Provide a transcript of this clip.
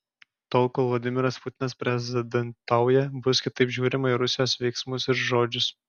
tol kol vladimiras putinas prezidentauja bus kitaip žiūrima į rusijos veiksmus ir žodžius